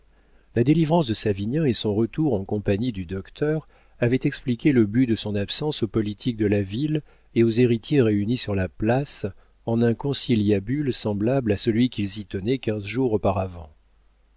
la délivrance de savinien et son retour en compagnie du docteur avaient expliqué le but de son absence aux politiques de la ville et aux héritiers réunis sur la place en un conciliabule semblable à celui qu'ils y tenaient quinze jours auparavant